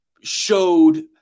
showed